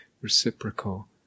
reciprocal